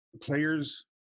players